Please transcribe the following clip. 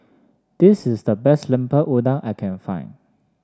this is the best Lemper Udang I can find